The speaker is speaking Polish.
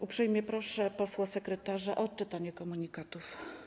Uprzejmie proszę posła sekretarza o odczytanie komunikatów.